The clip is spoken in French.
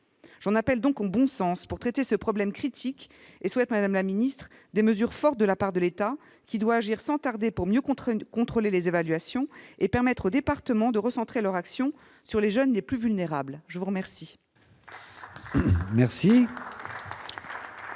J'en appelle donc au bon sens pour traiter ce problème critique et souhaite, madame la ministre, des mesures fortes de la part de l'État, qui doit agir sans tarder pour mieux contrôler les évaluations et permettre aux départements de recentrer leur action sur les jeunes les plus vulnérables. La parole